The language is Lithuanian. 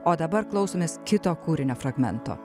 o dabar klausomės kito kūrinio fragmento